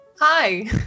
Hi